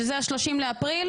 בערך ה-30 באפריל,